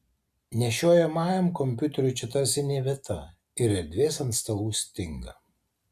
nešiojamajam kompiuteriui čia tarsi ne vieta ir erdvės ant stalų stinga